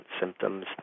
symptoms